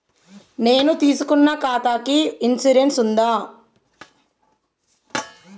నేను తీసుకున్న ఖాతాకి ఇన్సూరెన్స్ ఉందా?